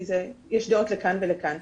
כי יש דעות לכאן ולכאן.